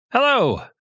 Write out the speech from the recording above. Hello